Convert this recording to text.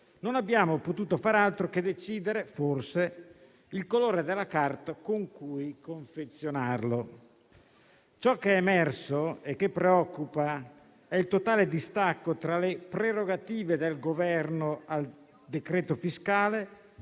non abbiamo potuto far altro che decidere, forse, il colore della carta con cui confezionarlo. Ciò che è emerso e che preoccupa è il totale distacco tra le prerogative del Governo al decreto fiscale